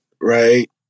right